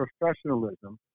professionalism